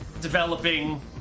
developing